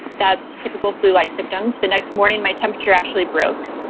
that's typical flu-like symptoms. the next morning, my temperature actually broke.